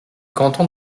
canton